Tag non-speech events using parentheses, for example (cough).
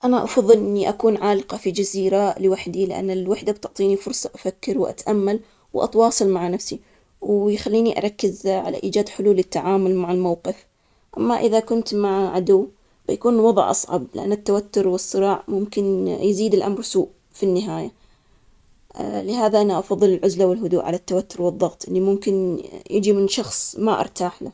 أنا أفضل إني أكون عالقة في الجزيرة لوحدي، لأن الوحدة بتعطيني فرصة أفكر وأتأمل وأتواصل مع نفسي، ويخليني أركز على إيجاد حلول، التعامل مع الموقف، أما إذا كنت مع عدو بيكون الوضع أصعب، لأن التوتر والصراع ممكن يزيد، الأمر سوء في النهاية. (hesitation) لهذا انا افضل العزلة والهدوء على التوتر والضغط اني ممكن يجي من شخص ما ارتاح له.